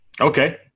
Okay